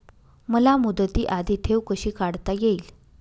मला मुदती आधी ठेव कशी काढता येईल?